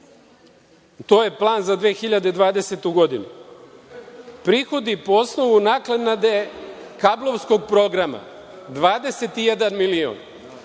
To je plan za 2020. godinu. Prihodi po osnovu naknade kablovskog programa 21 milion,